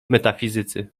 metafizycy